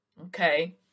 Okay